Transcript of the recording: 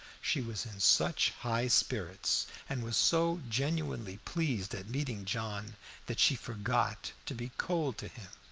she was in such high spirits and was so genuinely pleased at meeting john that she forgot to be cold to him.